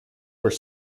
were